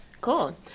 Cool